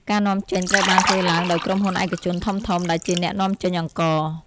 ការនាំចេញត្រូវបានធ្វើឡើងដោយក្រុមហ៊ុនឯកជនធំៗដែលជាអ្នកនាំចេញអង្ករ។